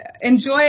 enjoy